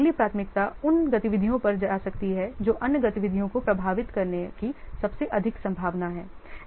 अगली प्राथमिकता उन गतिविधियों पर जा सकती है जो अन्य गतिविधियों को प्रभावित करने की सबसे अधिक संभावना है